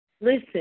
Listen